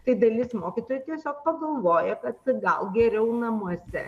tai dalis mokytojų tiesiog pagalvoja kad gal geriau namuose